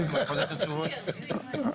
מה שהם ביקשו.